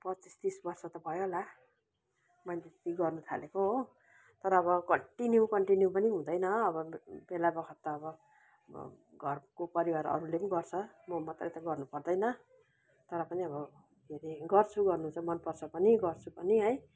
पच्चिस तिस वर्ष त भयो होला मैले गर्नुथालेको हो तर अब कन्टिन्यु कन्टिन्यु पनि हुँदैन अब बेलाबखत त अब घरको परिवार अरूले गर्छ म मात्रै त गर्नु पर्दैन तर पनि अब के अरे गर्छु गर्नु त मनपर्छ पनि गर्छु पनि है